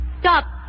Stop